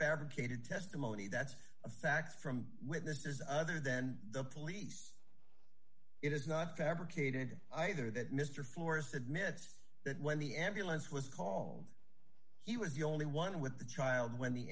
fabricated testimony that's a fact from witnesses other than the police it is not fabricated either that mr forrest admits that when the ambulance was called he was the only one with the child when the